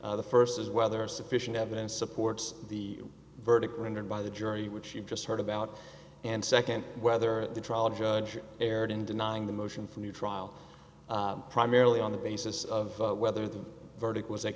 appeal the first is whether sufficient evidence supports the verdict rendered by the jury which you just heard about and second whether the trial judge erred in denying the motion for new trial primarily on the basis of whether the verdict was